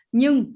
Nhưng